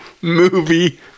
movie